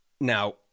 Now